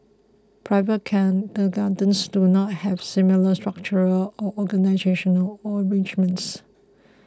private kindergartens do not have similar structural or organisational arrangements